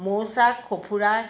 মৌচাক সঁফুৰা